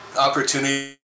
opportunity